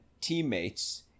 teammates